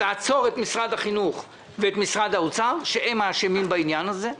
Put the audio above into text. לעצור את משרד החינוך ואת משרד האוצר שהם האשמים בעניין הזה.